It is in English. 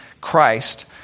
Christ